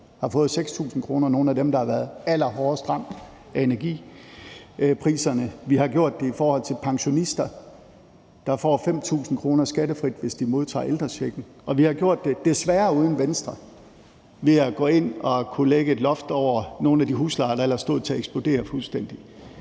har fået 6.000 kr. – nogle af dem, der har været allerhårdest ramt af energipriserne. Vi har gjort det i forhold til pensionister, der får 5.000 kr. skattefrit, hvis de modtager ældrechecken, og vi har gjort det – desværre uden Venstre – ved at gå ind og lægge et loft over nogle af de huslejer, der ellers stod til at eksplodere fuldstændig.